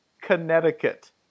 Connecticut